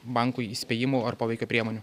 bankui įspėjimų ar poveikio priemonių